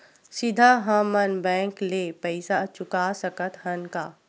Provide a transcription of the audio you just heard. सीधा हम मन बैंक ले पईसा चुका सकत हन का?